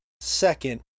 second